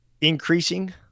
increasing